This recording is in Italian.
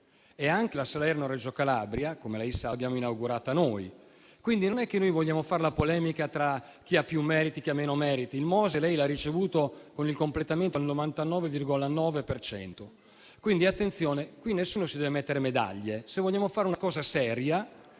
e anche la Salerno-Reggio Calabria - come lei sa - l'abbiamo inaugurata noi. Quindi, non vogliamo fare la polemica tra chi ha più meriti e chi ne ha di meno. Il Mose l'ha ricevuto con il completamento al 99,9 per cento. Quindi - attenzione - qui nessuno si deve mettere medaglie. Se vogliamo fare una cosa seria,